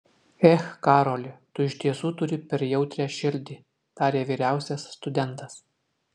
ech karoli tu iš tiesų turi per jautrią širdį tarė vyriausias studentas